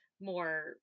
more